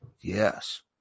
Yes